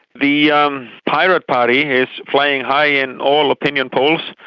the um pirate party is flying high in all opinion polls,